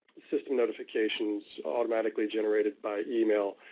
system modifications automatically generated by email,